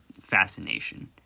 fascination